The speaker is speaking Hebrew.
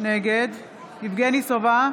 נגד יבגני סובה,